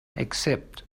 except